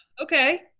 okay